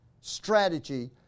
strategy